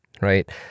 right